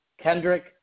Kendrick